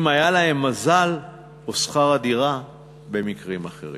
אם היה להם מזל, או שכר דירה במקרים אחרים.